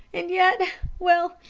and yet well,